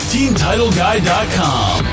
TeamTitleGuy.com